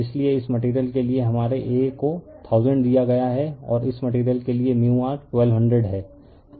इसलिए इस मटेरियल के लिए हमारे A को 1000 दिया गया है और इस मटेरियल के लिए μr 1200 है